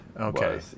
Okay